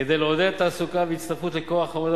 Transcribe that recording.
כדי לעודד תעסוקה והצטרפות לכוח העבודה